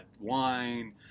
wine